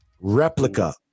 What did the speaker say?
Replica